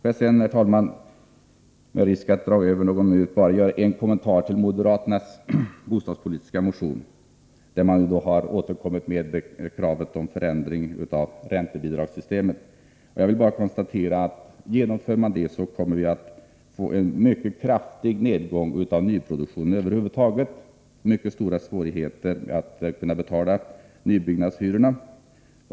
Får jag sedan, herr talman, göra en liten kommentar till moderaternas bostadspolitiska motion, där moderaterna återkommer med kravet på förändringar i räntebidragssystemet. Jag vill konstatera att om de genomförs, kommer vi att få en mycket kraftig nedgång av nyproduktionen över huvud taget och mycket stora svårigheter att betala nybyggnadshyrorna.